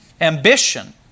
Ambition